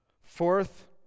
Fourth